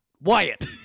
Wyatt